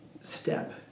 step